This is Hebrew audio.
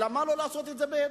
למה לא לעשות את זה בהתאם?